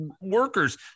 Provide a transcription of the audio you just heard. workers